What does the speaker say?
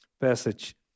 passage